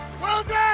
Wilson